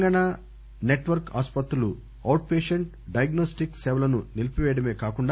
Telangana network ఆసుపత్రులు out patient diagnostic సేవలను నిలీపిపేయడమే కాకుండా